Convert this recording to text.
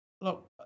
look